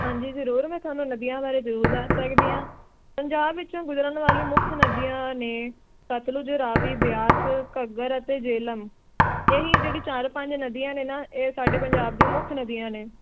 ਹਾਂਜੀ ਜ਼ਰੂਰ ਮੈਂ ਤੁਹਾਨੂੰ ਨਦੀਆਂ ਬਾਰੇ ਜ਼ਰੂਰ ਦੱਸ ਸਕਦੀ ਹਾਂ ਪੰਜਾਬ ਵਿੱਚੋਂ ਗੁਜਰਨ ਵਾਲੀ ਮੁੱਖ ਨਦੀਆਂ ਨੇ ਸਤਲੁਜ ਰਾਵੀ ਬਿਆਸ ਘੱਗਰ ਅਤੇ ਜਿਹਲਮ ਇਹੀ ਜਿਹੜੀ ਚਾਰ ਪੰਜ ਨਦੀਆਂ ਨੇ ਨਾ ਇਹ ਸਾਡੇ ਪੰਜਾਬ ਦੀ ਮੁੱਖ ਨਦੀਆਂ ਨੇ